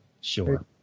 Sure